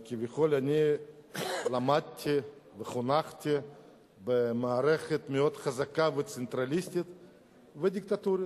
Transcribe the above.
כביכול אני למדתי וחונכתי במערכת מאוד חזקה וצנטרליסטית ודיקטטורית.